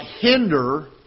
hinder